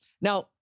Now